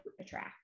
attract